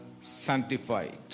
sanctified